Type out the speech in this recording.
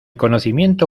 conocimiento